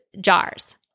jars